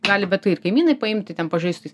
gali bet ir kaimynai paimti ten pažaisti